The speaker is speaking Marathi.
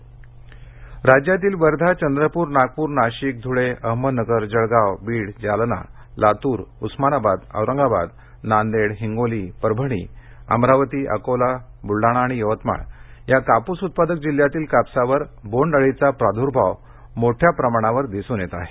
बोंडअळी राज्यातील वर्धा चंद्रपूर नागपूर नाशिक धुळेअहमदनगरजळगांव बीड जालना लातूरउस्मानाबाद औरंगाबाद नांदेड हिंगोलीपरभणीअमरावती अकोला बुलडाणा आणि यवतमाळ या कापूस उत्पादक जिल्ह्यातील कापसावर बोन्ड अळीचा प्राद्भाव मोठ्या प्रमाणावर दिसून येत आहे